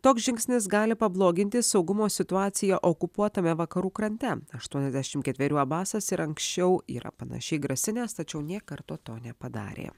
toks žingsnis gali pabloginti saugumo situaciją okupuotame vakarų krante aštuoniasdešimt ketverių abasas ir anksčiau yra panašiai grasinęs tačiau nė karto to nepadarė